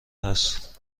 هست